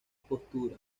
posturas